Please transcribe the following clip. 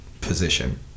position